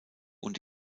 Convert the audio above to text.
und